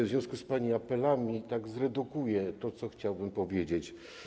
W związku z pani apelami zredukuję to, co chciałbym powiedzieć.